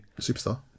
Superstar